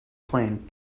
plane